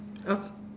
uh f~